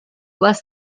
less